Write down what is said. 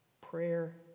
Prayer